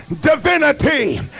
divinity